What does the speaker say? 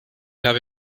habe